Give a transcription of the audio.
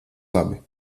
labi